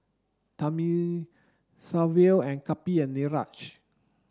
Thamizhavel Kapil and Niraj